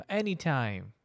anytime